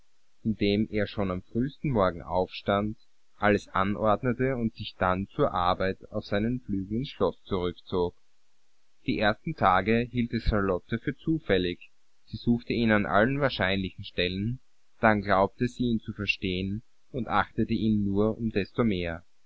indem er schon am frühsten morgen aufstand alles anordnete und sich dann zur arbeit auf seinen flügel ins schloß zurückzog die ersten tage hielt es charlotte für zufällig sie suchte ihn an allen wahrscheinlichen stellen dann glaubte sie ihn zu verstehen und achtete ihn nur um desto mehr